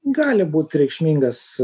gali būt reikšmingas